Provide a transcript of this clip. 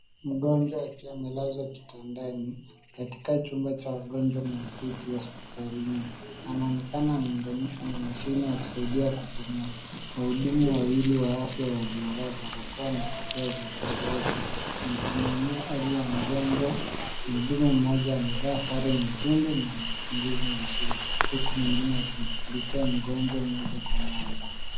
Mgonjwa akiwa amelezwa kitandani katika chumba cha wagonjwa mahututi hospitalini. Anaonekana ameunganishwa na mashine za kusaidia kupumua. Wahudumu wawili wa afya waliovaa barakoa na kofia za upasuaji wanasimamia hali ya mgonjwa. Mhudumu mmoja amevaa sare nyekundu na anachunguza mashine, huku mwingine akimshughulikia mgonjwa moja kwa moja.